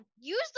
use